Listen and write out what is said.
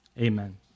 amen